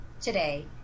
today